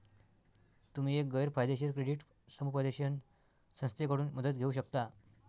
तुम्ही एक गैर फायदेशीर क्रेडिट समुपदेशन संस्थेकडून मदत घेऊ शकता